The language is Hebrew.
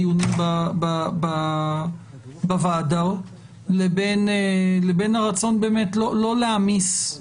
הדיונים בוועדות לבין הרצון באמת לא להעמיס,